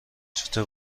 چطور